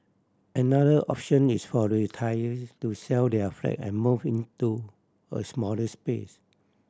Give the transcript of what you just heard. another option is for retiree to sell their flat and move into a smallers place